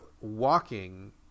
walking